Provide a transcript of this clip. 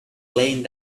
laying